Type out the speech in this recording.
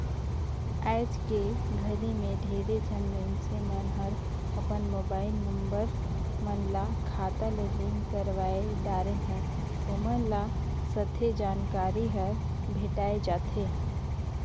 आइज के घरी मे ढेरे झन मइनसे मन हर अपन मुबाईल नंबर मन ल खाता ले लिंक करवाये दारेन है, ओमन ल सथे जानकारी हर भेंटाये जाथें